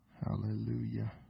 Hallelujah